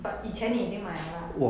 but 以前你已经买了 lah